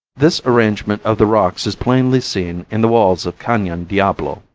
this arrangement of the rocks is plainly seen in the walls of canon diablo.